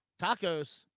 Tacos